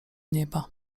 nieba